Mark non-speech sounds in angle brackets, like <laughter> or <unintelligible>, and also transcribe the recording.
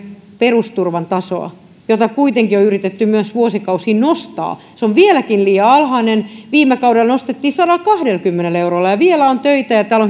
perusturvan tasoa jota kuitenkin on yritetty myös vuosikausia nostaa se on vieläkin liian alhainen viime kaudella nostettiin sadallakahdellakymmenellä eurolla ja vielä on töitä ja täällä <unintelligible>